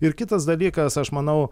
ir kitas dalykas aš manau